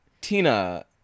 Tina